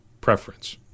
preference